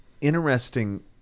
interesting